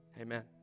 Amen